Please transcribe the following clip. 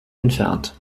entfernt